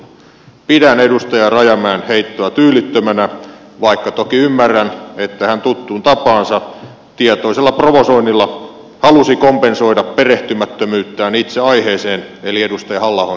pidän edustaja rajamäen heittoa tyylittömänä vaikka toki ymmärrän että hän tuttuun tapaansa tietoisella provosoinnilla halusi kompensoida perehtymättömyyttään itse aiheeseen eli edustaja halla ahon lakialoitteeseen